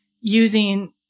using